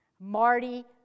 Marty